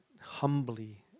humbly